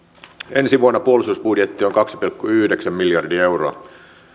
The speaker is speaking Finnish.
ensi vuonna puolustusbudjetti on kaksi pilkku yhdeksän miljardia euroa